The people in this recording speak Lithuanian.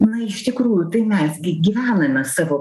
na iš tikrųjų tai mes gi gyvename savo